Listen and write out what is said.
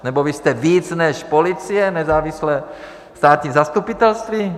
Nebo vy jste víc než policie, nezávislé státní zastupitelství?